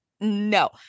no